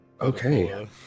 Okay